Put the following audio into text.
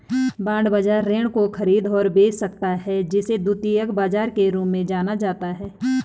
bond बाजार ऋण को खरीद और बेच सकता है जिसे द्वितीयक बाजार के रूप में जाना जाता है